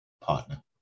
partner